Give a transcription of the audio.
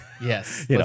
Yes